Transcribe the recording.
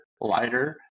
lighter